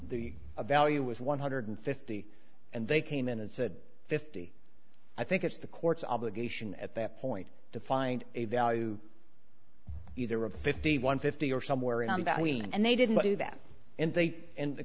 the value was one hundred fifty and they came in and said fifty i think it's the court's obligation at that point to find a value either of fifty one fifty or somewhere in between and they didn't do that and they and the